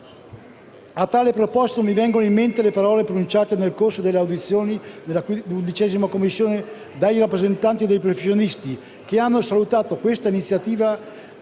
dell'azienda. Mi vengono in mente le parole pronunciate nel corso delle audizioni svolte in Commissione lavoro dai rappresentanti dei professionisti, che hanno salutato questa iniziativa